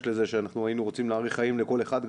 לזה שאנחנו היינו רוצים להאריך חיים לכל אחד,